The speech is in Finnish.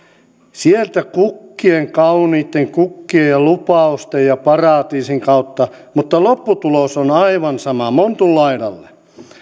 sieltä kauniitten kukkien ja lupausten ja paratiisin kautta mutta lopputulos on aivan sama montun laidalle